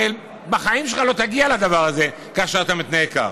הרי בחיים שלך לא תגיע לדבר הזה כאשר אתה מתנהג כך.